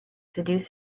seduce